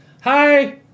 Hi